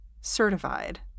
certified